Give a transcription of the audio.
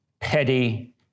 petty